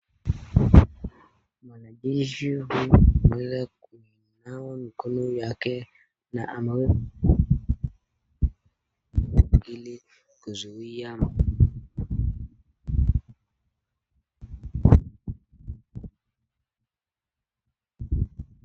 Mtu huyu ameweza kunawa mikono yake na ameweza kunawa kwa ajili ya kuzuia magonjwa.